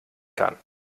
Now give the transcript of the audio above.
kann